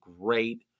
great